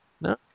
no